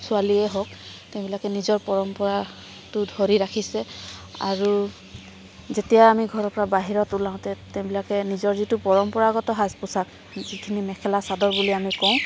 ছোৱালীয়েই হওক তেওঁবিলাকে নিজৰ পৰম্পৰাটো ধৰি ৰাখিছে আৰু যেতিয়া আমি ঘৰবিলাকৰপৰা বাহিৰত ওলাওঁতে তেওঁবিলাকে নিজৰ যিটো পৰম্পৰাগত সাজ পোচাক যিখিনি মেখেলা চাদৰ বুলি আমি কওঁ